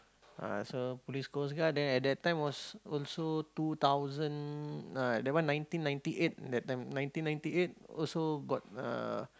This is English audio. ah so police coastguard then at that time was also two thousand uh that one nineteen ninety eight that time nineteen ninety eight also got uh